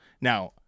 Now